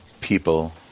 people